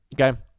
Okay